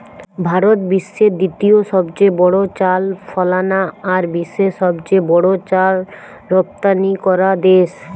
ভারত বিশ্বের দ্বিতীয় সবচেয়ে বড় চাল ফলানা আর বিশ্বের সবচেয়ে বড় চাল রপ্তানিকরা দেশ